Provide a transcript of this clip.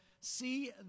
see